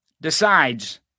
decides